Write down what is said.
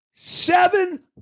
Seven